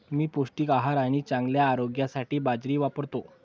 मी पौष्टिक आहार आणि चांगल्या आरोग्यासाठी बाजरी वापरतो